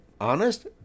honest